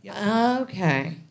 Okay